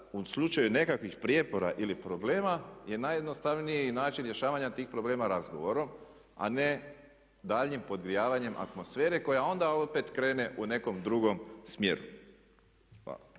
u slučaju nekakvih prijepora ili problema je najjednostavniji način rješavanja tih problema razgovorom a ne daljnjim podgrijavanjem atmosfere koja onda opet krene u nekom drugom smjeru. Hvala.